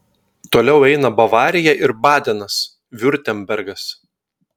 toliau eina bavarija ir badenas viurtembergas